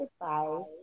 advice